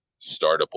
startable